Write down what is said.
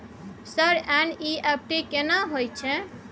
Sir NEFT केना होयत छै?